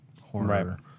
horror